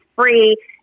free